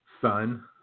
son